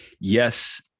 yes